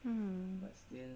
mm